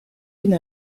une